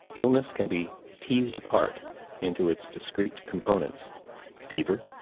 illness can be teased apart into its discreet components fever,